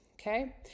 Okay